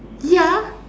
ya